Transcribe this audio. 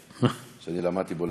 שאני למדתי בו,